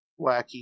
wacky